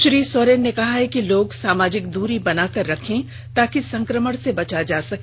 श्री सोरेन ने कहा है कि लोग समाजिक दूरी बनाकर रखें ताकि संकमण से बचा जा सके